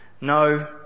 No